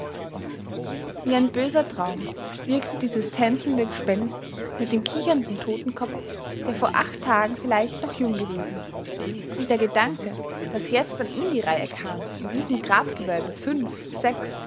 wie ein böser traum wirkte dieses tänzelnde gespenst mit dem kichernden totenkopf der vor acht tagen vielleicht noch jung gewesen und der gedanke daß jetzt an ihn die reihe kam in diesem grabgewölbe fünf sechs